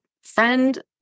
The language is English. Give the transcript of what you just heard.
friend